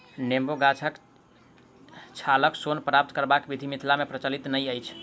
नेबो गाछक छालसँ सोन प्राप्त करबाक विधि मिथिला मे प्रचलित नै अछि